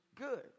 good